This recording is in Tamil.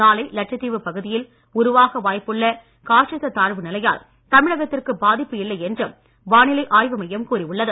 நாளை லட்சத் தீவு பகுதியில் உருவாக வாய்ப்புள்ள காற்றழுத்த தாழ்வு நிலையால் தமிழகத்திற்கு பாதிப்பு இல்லை என்றும் வானிலை ஆய்வு மையம் கூறி உள்ளது